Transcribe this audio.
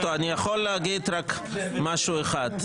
אני יכול לומר משהו אחד,